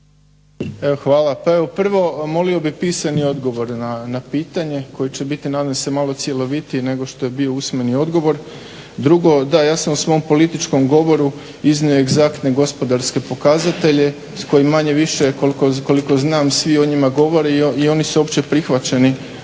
hvala. Kao prvo molio bih pisani odgovor na pitanje koje će biti nadam se malo cjelovitije nego što je bio usmeni odgovor. Drugo, da, ja sam u svom političkom govoru iznio egzaktne gospodarske pokazatelje s kojim manje-više, koliko znam svi o njima govore i oni su opće prihvaćeni